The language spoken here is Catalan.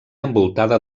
envoltada